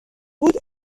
بود